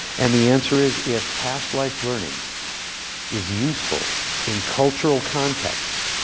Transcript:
and the answer is, if past-life learning is useful in cultural contexts,